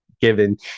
given